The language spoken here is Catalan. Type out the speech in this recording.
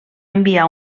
enviar